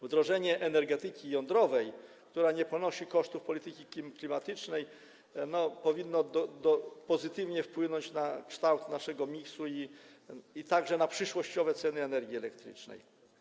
Wdrożenie energetyki jądrowej, przy której nie ponosi się kosztów polityki klimatycznej, powinno pozytywnie wpłynąć na kształt naszego miksu i na przyszłościowe ceny energii elektrycznej.